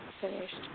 finished